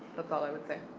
that's all i would say.